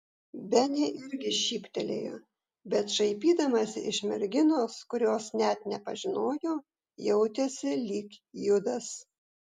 benė irgi šyptelėjo bet šaipydamasi iš merginos kurios net nepažinojo jautėsi lyg judas